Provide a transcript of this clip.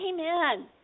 Amen